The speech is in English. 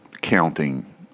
counting